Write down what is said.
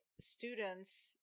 students